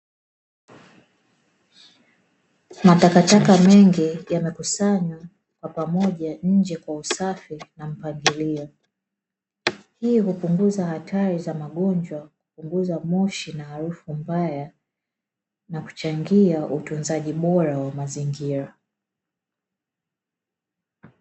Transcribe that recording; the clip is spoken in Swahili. Matakataka mengi yamekusanywa kwa pamoja nje kwa usafi na mpangilio hii hupunguza hatari za magonjwa, kupunguza moshi na harufu mbaya na kuchangia utunzaji bora wa mazingira.